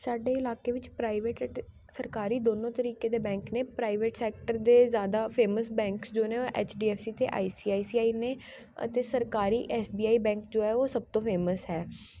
ਸਾਡੇ ਇਲਾਕੇ ਵਿੱਚ ਪ੍ਰਾਈਵੇਟ ਅਤੇ ਸਰਕਾਰੀ ਦੋਨੋਂ ਤਰੀਕੇ ਦੇ ਬੈਂਕ ਨੇ ਪ੍ਰਾਈਵੇਟ ਸੈਕਟਰ ਦੇ ਜ਼ਿਆਦਾ ਫੇਮਸ ਬੈਂਕਸ ਜੋ ਨੇ ਉਹ ਐੱਚ ਡੀ ਐੱਫ ਸੀ ਅਤੇ I C I C I ਨੇ ਅਤੇ ਸਰਕਾਰੀ ਐੱਸ ਬੀ ਆਈ ਬੈਂਕ ਜੋ ਹੈ ਉਹ ਸਭ ਤੋਂ ਫੇਮਸ ਹੈ